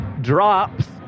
drops